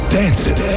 dancing